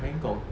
bangkok